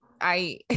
I-